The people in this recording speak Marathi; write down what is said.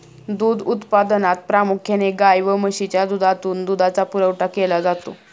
दूध उत्पादनात प्रामुख्याने गाय व म्हशीच्या दुधातून दुधाचा पुरवठा केला जातो